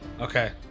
Okay